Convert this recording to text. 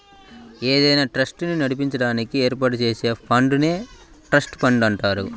ఏదైనా ట్రస్ట్ ని నడిపించడానికి ఏర్పాటు చేసే ఫండ్ నే ట్రస్ట్ ఫండ్ అంటారు